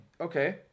Okay